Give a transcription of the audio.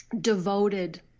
devoted